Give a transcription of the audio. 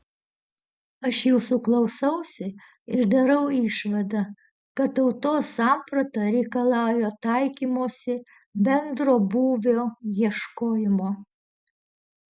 aš jūsų klausausi ir darau išvadą kad tautos samprata reikalauja taikymosi bendro būvio ieškojimo